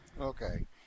Okay